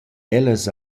ellas